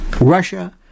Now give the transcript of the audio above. Russia